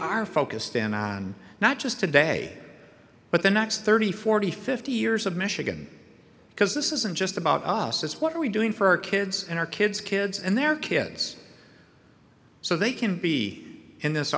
are focused in on not just today but the next thirty forty fifty years of michigan because this isn't just about us it's what are we doing for our kids and our kids kids and their kids so they can be in this